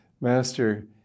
Master